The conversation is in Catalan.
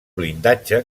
blindatge